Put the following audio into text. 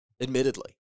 admittedly